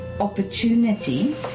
opportunity